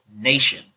nation